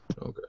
Okay